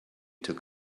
took